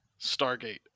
Stargate